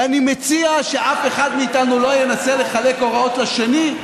ואני מציע שאף אחד מאיתנו לא ינסה לחלק הוראות לשני,